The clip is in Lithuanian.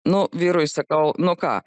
nu vyrui sakau nu ką